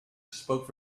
spoke